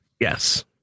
Yes